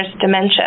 dementia